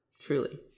truly